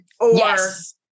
Yes